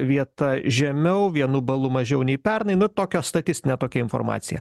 vieta žemiau vienu balu mažiau nei pernai nu tokia statistinė tokia informacija